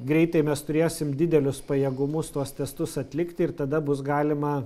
greitai mes turėsim didelius pajėgumus tuos testus atlikti ir tada bus galima